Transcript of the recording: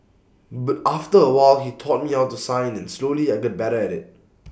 but after A while he taught me how to sign and slowly I got better at IT